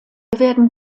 werden